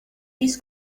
this